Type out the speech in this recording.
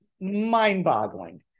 mind-boggling